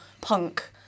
punk-